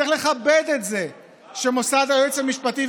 צריך לכבד את זה שמוסד היועץ המשפטי,